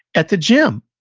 at the gym.